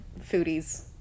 foodies